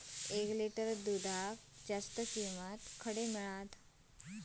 एक लिटर दूधाक खडे जास्त किंमत मिळात?